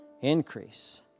increase